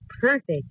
perfect